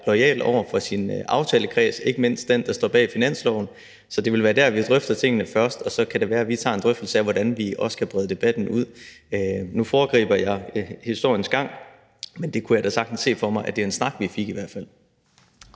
loyal over for sin aftalekreds, ikke mindst den, der står bag finansloven. Så det vil være der, vi drøfter tingene først, og så kan det være, at vi tager en drøftelse af, hvordan vi også kan brede debatten ud. Nu foregriber jeg historiens gang, men jeg kunne da sagtens se for mig, at det i hvert fald